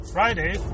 Friday